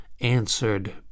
answered